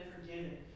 forgiven